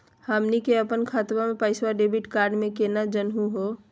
हमनी के अपन खतवा के पैसवा डेबिट कार्ड से केना जानहु हो?